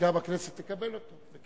שגם הכנסת תקבל אותו.